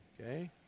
Okay